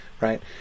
Right